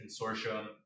consortium